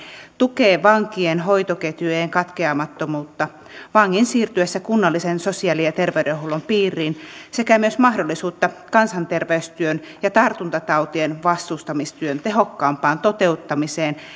tukee vankien hoitoketjujen katkeamattomuutta vangin siirtyessä kunnallisen sosiaali ja terveydenhuollon piiriin sekä myös mahdollisuutta kansanterveystyön ja tartuntatautien vastustamistyön tehokkaampaan toteuttamiseen